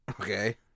okay